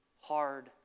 hard